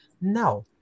no